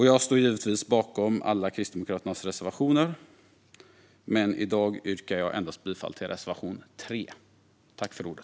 Jag står givetvis bakom alla Kristdemokraternas reservationer, men i dag yrkar jag bifall endast till reservation 3.